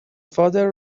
father